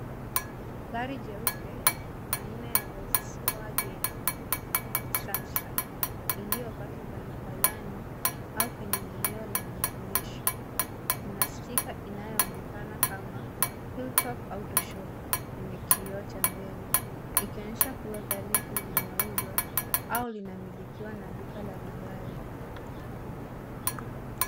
Gari jeupe aina ya volkswagen ya kisasa iliyopaki barabarani au kwenye eneo la maonyesho. Kuna stika inayoonekana kama Hilltop Autoshop kwenye kioo cha mbele, ikionyesha kuwa gari hili linauzwa au linamilikiwa na duka la magari.